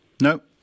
Nope